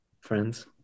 friends